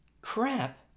crap